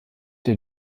der